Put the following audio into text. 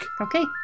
Okay